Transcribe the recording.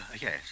yes